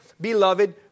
beloved